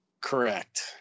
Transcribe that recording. Correct